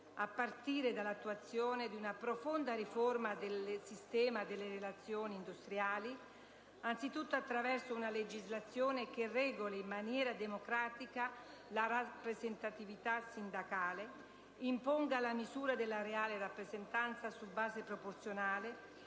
necessario: 1. attuare una profonda riforma del sistema delle relazioni industriali anzitutto attraverso una legislazione che regoli in maniera democratica la rappresentatività sindacale, imponga la misura della reale rappresentanza su base proporzionale